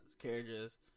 Carriages